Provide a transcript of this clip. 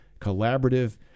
collaborative